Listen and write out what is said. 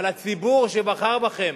אבל הציבור שבחר בכם